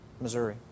Missouri